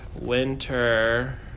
winter